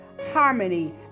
harmony